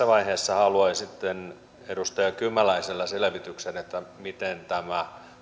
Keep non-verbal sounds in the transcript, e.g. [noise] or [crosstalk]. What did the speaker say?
[unintelligible] vaiheessa haluaisin edustaja kymäläiseltä selvityksen miten tämä